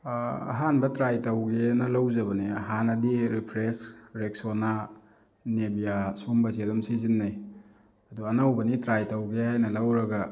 ꯑꯍꯥꯟꯕ ꯇ꯭ꯔꯥꯏ ꯇꯧꯒꯦꯅ ꯂꯧꯖꯕꯅꯦ ꯍꯥꯟꯅꯗꯤ ꯔꯤꯐ꯭ꯔꯦꯁ ꯔꯦꯛꯁꯣꯅꯥ ꯅꯦꯚꯤꯌꯥ ꯁꯨꯒꯨꯝꯕꯁꯦ ꯑꯗꯨꯝ ꯁꯤꯖꯤꯟꯅꯩ ꯑꯗꯨ ꯑꯅꯧꯕꯅꯤ ꯇ꯭ꯔꯥꯏ ꯇꯧꯒꯦ ꯍꯥꯏꯅ ꯂꯧꯔꯒ